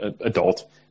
adult